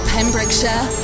Pembrokeshire